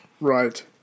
Right